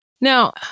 Now